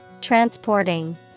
Transporting